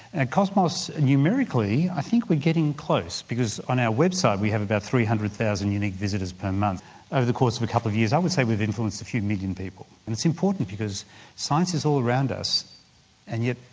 and cosmos numerically i think we're getting close because on our website we have about three hundred thousand unique visitors per month over the course of a couple of years. i would say we've influenced a few million people, and it's important because science is all around us and yet,